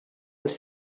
els